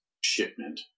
shipment